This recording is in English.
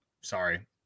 Sorry